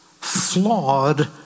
flawed